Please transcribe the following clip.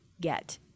get